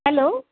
hello